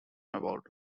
about